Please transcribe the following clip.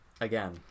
Again